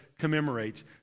commemorates